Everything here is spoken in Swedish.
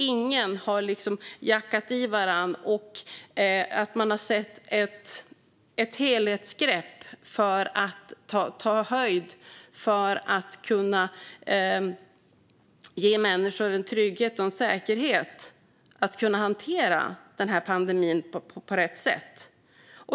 Man har inte jackat i varandra, och vi har inte sett något helhetsgrepp för att ta höjd för att kunna ge människor trygghet och säkerhet att kunna hantera pandemin på rätt sätt.